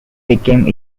become